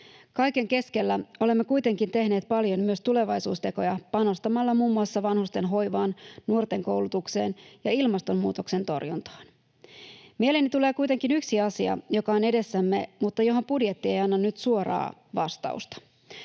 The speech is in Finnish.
Kaiken keskellä olemme kuitenkin tehneet paljon myös tulevaisuustekoja panostamalla muun muassa vanhusten hoivaan, nuorten koulutukseen ja ilmastonmuutoksen torjuntaan. Mieleeni tulee kuitenkin yksi asia, joka on edessämme, mutta johon budjetti ei anna nyt suoraa vastausta.